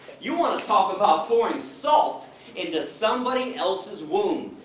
you want to talk about pouring salt into somebody else's wound,